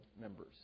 members